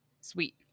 Sweet